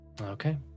Okay